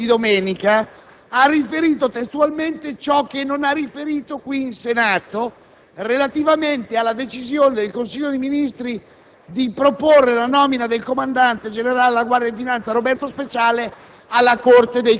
Il Ministro dell'economia, nella trasmissione «Speciale TG1» di domenica, ha riferito testualmente ciò che non ha riferito qui in Senato relativamente alla decisione del Consiglio dei ministri